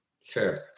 Sure